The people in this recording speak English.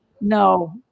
no